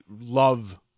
love